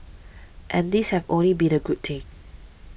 and these have only been a good thing